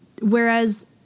Whereas